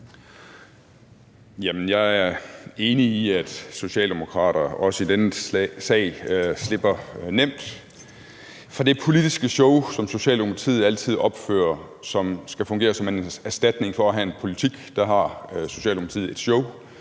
Jeg er enig i, at socialdemokraterne også i denne sag slipper nemt fra det politiske show, som Socialdemokratiet altid opfører, og som skal fungere som en erstatning for at have en politik. Her har Socialdemokratiet et show,